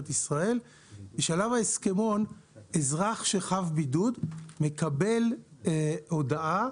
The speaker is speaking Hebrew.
ישראל ולפיו האזרח שחב בידוד מקבל הודעה